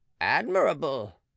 admirable